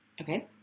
Okay